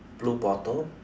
blue bottle